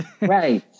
Right